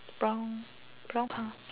brown brown car